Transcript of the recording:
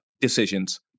decisions